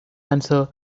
answer